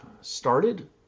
started